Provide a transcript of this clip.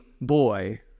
Boy